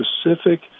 specific